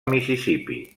mississipí